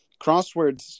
crosswords